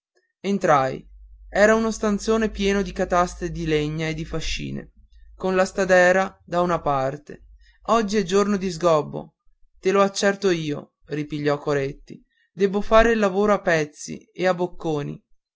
entrai era uno stanzone pieno di cataste di legna e di fascine con una stadera da una parte oggi è giorno di sgobbo te lo accerto io ripigliò coretti debbo fare il lavoro a pezzi e a bocconi